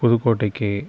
புதுக்கோட்டைக்கு